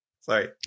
Sorry